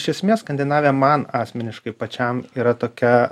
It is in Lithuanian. iš esmės skandinavija man asmeniškai pačiam yra tokia